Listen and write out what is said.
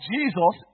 Jesus